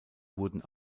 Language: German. wurden